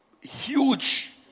huge